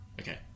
Okay